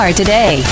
today